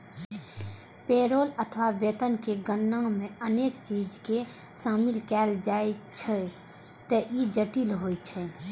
payroll अथवा वेतन के गणना मे अनेक चीज कें शामिल कैल जाइ छैं, ते ई जटिल होइ छै